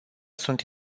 sunt